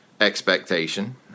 expectation